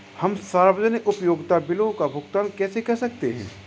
हम सार्वजनिक उपयोगिता बिलों का भुगतान कैसे कर सकते हैं?